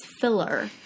filler